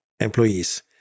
employees